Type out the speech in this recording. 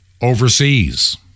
Overseas